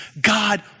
God